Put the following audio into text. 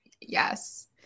Yes